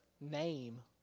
name